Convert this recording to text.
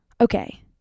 Okay